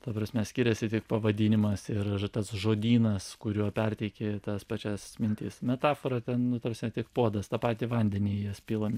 ta prasme skiriasi tik pavadinimas ir tas žodynas kuriuo perteiki tas pačias mintis metafora ten nu ta prasme tik puodas tą patį vandenį į jas pilam